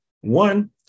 One